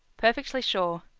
perfectly sure.